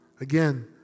Again